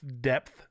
depth